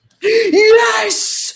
yes